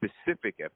specific